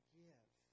give